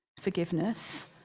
forgiveness